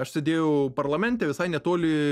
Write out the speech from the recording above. aš sėdėjau parlamente visai netoli